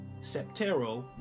septero